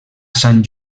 sant